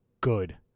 good